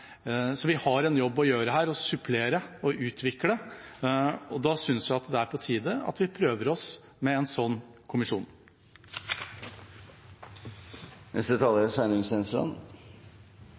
Så vi har en jobb å gjøre her med å supplere og utvikle, og da synes jeg det er på tide at vi prøver oss med en